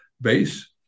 base